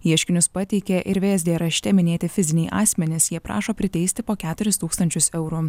ieškinius pateikė ir vsd rašte minėti fiziniai asmenys jie prašo priteisti po keturis tūkstančius eurų